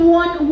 one